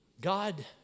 God